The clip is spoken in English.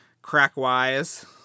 Crack-wise